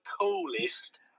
coolest